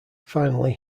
finally